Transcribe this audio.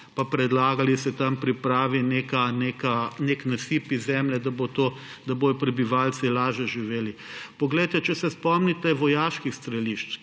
pa predlagali, da se tam pripravi nek nasip iz zemlje, da bodo prebivalci lažje živeli. Če se spomnite vojaških strelišč,